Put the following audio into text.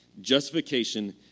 Justification